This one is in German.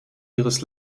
ihres